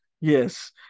Yes